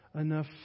enough